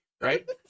Right